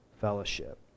Fellowship